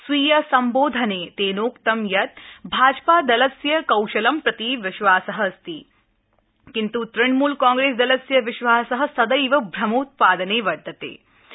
स्वीय सम्बोधने तेनोक्त यत् भाजपा दलस्य कौशलं प्रति विश्वासः अस्ति किन्तु तृणमूल कांग्रेस दलस्य विश्वासः सदैव भ्रमोत्पादनं प्रति अस्ति